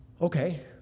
okay